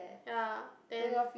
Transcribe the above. ya then